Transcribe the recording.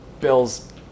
Bills